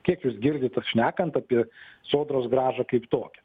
kiek jūs girdite šnekant apie sodros grąžą kaip tokią